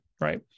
right